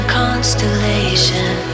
constellation